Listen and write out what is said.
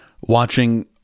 watching